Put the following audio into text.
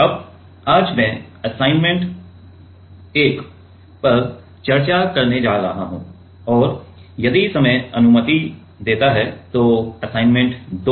अब आज मैं असाइनमेंट 1 पर चर्चा करने जा रहा हूं और यदि समय अनुमति देता है तो असाइनमेंट 2